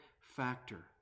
factor